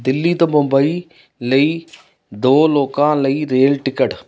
ਦਿੱਲੀ ਤੋਂ ਮੁੰਬਈ ਲਈ ਦੋ ਲੋਕਾਂ ਲਈ ਰੇਲ ਟਿਕਟ